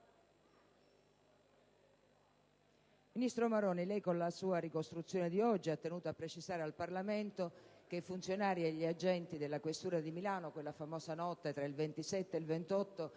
ministro Maroni, lei ha tenuto a precisare al Parlamento che i funzionari e gli agenti della questura di Milano, quella famosa notte tra il 27 e il 28